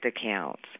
accounts